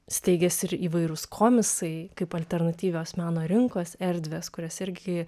steigiasi ir įvairūs komisai kaip alternatyvios meno rinkos erdvės kurias irgi